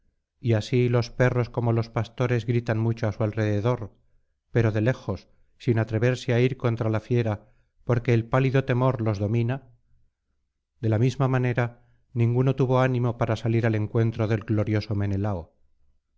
y así los perros como los pastores gritan mucho á su alrededor pero de lejos sin atreverse áir contra la fiera porque el pálido temor los domina de la misma manera ninguno tuvo ánimo para salir al encuentro del glorioso menelao